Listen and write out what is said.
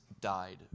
died